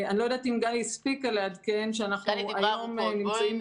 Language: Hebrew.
אני לא יודעת אם גלי הספיקה לעדכן שאנחנו היום נמצאים